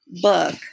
book